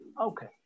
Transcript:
Okay